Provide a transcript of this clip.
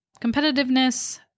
competitiveness